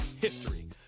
history